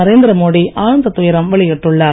நரேந்திர மோடி ஆழ்ந்த துயரம் வெளியிட்டுள்ளார்